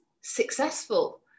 successful